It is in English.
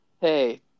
hey